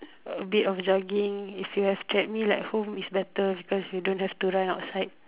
a bit of jogging if you have treadmill at home is better because you don't have to run outside